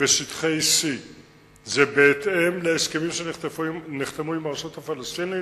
בשטחי C. זה בהתאם להסכמים שנחתמו עם הרשות הפלסטינית.